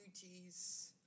duties